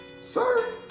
Sir